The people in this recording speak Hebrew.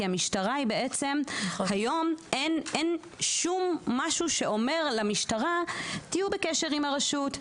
כי היום אין משהו שאומר למשטרה: תהיו בקשר עם הרשות,